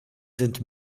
sind